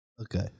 okay